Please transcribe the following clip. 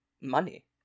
money